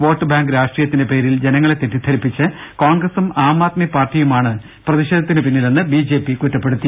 vote bank രാഷ്ട്രീയത്തിന്റെ പേരിൽ ജനങ്ങളെ തെറ്റിദ്ധരിപ്പിച്ച് കോൺഗ്രസും ആംആദ്മി പാർട്ടിയുമാണ് പ്രതിഷേധത്തിന് പിന്നിലെന്ന് ബി ജെ പി കുറ്റപ്പെടുത്തി